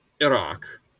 iraq